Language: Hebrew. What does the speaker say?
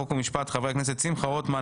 חוק ומשפט: חברי הכנסת שמחה רוטמן,